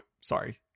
sorry